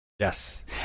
Yes